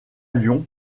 lyon